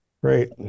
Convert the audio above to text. Great